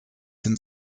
hin